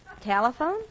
Telephone